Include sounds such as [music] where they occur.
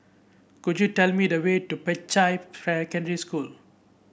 could you tell me the way to Peicai [unintelligible] School